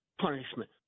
punishment